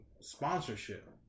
sponsorship